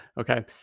Okay